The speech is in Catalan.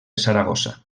saragossa